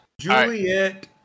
Juliet